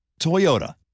Toyota